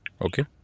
Okay